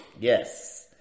Yes